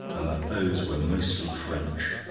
and that those were mostly french.